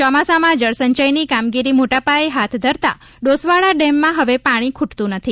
ચોમાસામાં જળસંચયની કામગીરી મોટા પાયે હાથ ધરતા ડોસવાળા ડેમમાં હવે પાણી ખુટતું નથી